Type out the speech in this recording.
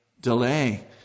delay